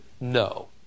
no